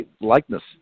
likeness